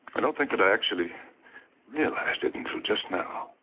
i don't think that i actually realized it until just now.